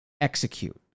execute